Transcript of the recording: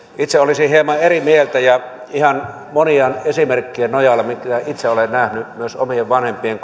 itse olisin hieman eri mieltä ja ihan monien esimerkkien nojalla ja itse olen nähnyt myös omien vanhempien